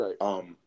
right